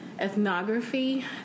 ethnography